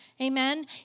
Amen